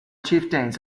chieftains